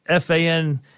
FAN